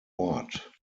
ort